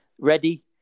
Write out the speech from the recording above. ready